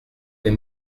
vais